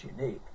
unique